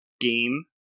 game